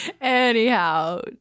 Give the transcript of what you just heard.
Anyhow